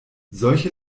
solche